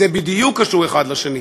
זה בדיוק קשור האחד לשני: